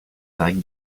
vague